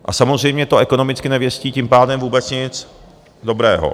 A samozřejmě to ekonomicky nevěstí tím pádem vůbec nic dobrého.